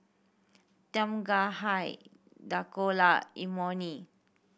Tom Kha High Dhokla Imoni